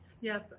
Yes